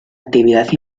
actividad